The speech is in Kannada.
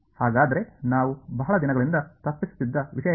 ಹಾಗಾದರೆ ನಾವು ಬಹಳ ದಿನಗಳಿಂದ ತಪ್ಪಿಸುತ್ತಿದ್ದ ವಿಷಯ ಯಾವುದು